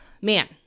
Man